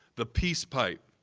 the peace pipe